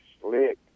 slick